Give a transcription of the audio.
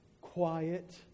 quiet